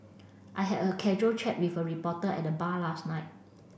I had a casual chat with a reporter at the bar last night